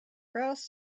grouse